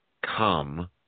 come